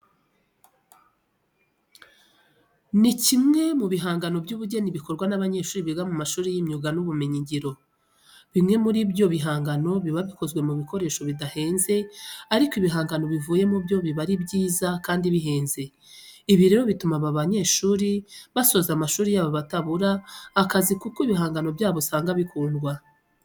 Iki ni kimwe mu bihangano by'ubugeni bikorwa n'abanyeshuri biga mu mashuri y'imyuga n'ibumenyingiro. Bimwe muri ibyo bihangano biba bikozwe mu bikoresho bidahenze ariko ibihangano bivuyemo byo biba ari byiza kandi bihenze. Ibi rero bituma aba banyeshuri basoza amashuri yabo batabura akazi kuko ibihangano byabo usanga bikundwa.